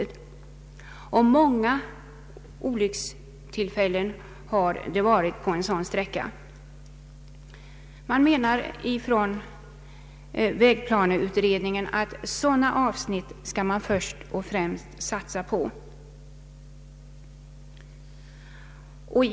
Totala antalet olyckstillfällen är stort. Vägplaneutredningen menar att man först och främst skall satsa på sådana avsnitt.